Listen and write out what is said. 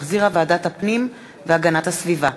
שהחזירה ועדת הפנים והגנת הסביבה.